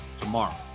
tomorrow